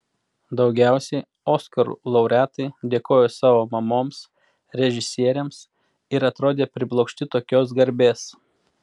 daugiausiai oskarų laureatai dėkojo savo mamoms režisieriams ir atrodė priblokšti tokios garbės